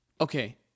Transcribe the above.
Okay